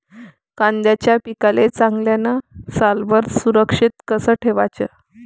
कांद्याच्या पिकाले चांगल्यानं सालभर सुरक्षित कस ठेवाचं?